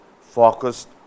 focused